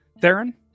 Theron